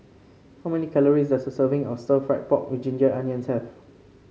how many calories does a serving of stir fry pork with Ginger Onions have